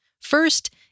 First